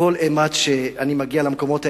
כל אימת שאני מגיע למקומות האלה,